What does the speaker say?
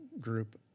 group